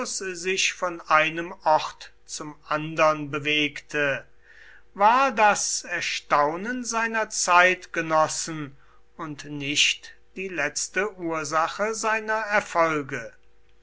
sich von einem ort zum andern bewegte war das erstaunen seiner zeitgenossen und nicht die letzte ursache seiner erfolge